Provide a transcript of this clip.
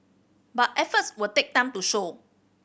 but efforts will take time to show